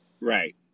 Right